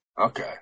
Okay